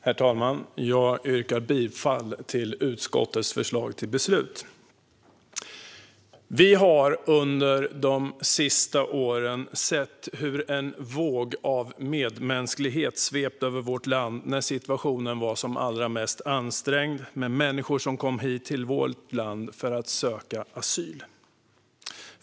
Herr talman! Jag yrkar bifall till utskottets förslag till beslut. Vi har under de senaste åren sett en våg av medmänsklighet svepa över vårt land när situationen var som allra mest ansträngd med människor som kom till vårt land för att söka asyl.